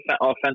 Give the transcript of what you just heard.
offensive